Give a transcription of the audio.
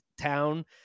town